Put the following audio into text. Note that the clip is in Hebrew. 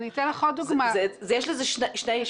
יש לזה שתי פנים.